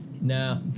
No